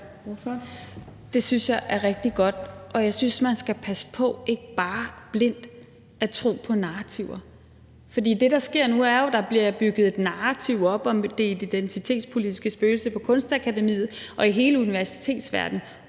Det synes jeg er rigtig godt, og jeg synes, man skal passe på ikke bare blindt at tro på narrativer. For det, der sker nu, er jo, at der bliver bygget et narrativ op om det identitetspolitiske spøgelse på Kunstakademiet og i hele universitetsverdenen,